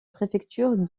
préfecture